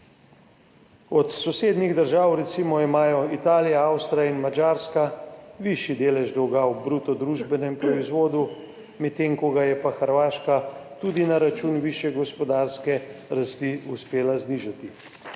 Od sosednjih držav imajo recimo Italija, Avstrija in Madžarska višji delež dolga v bruto družbenem proizvodu, medtem ko ga je pa Hrvaška tudi na račun višje gospodarske rasti uspela znižati.